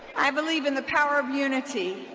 i believe in the power of unity